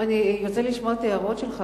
יוצא לי לשמוע את ההערות שלך,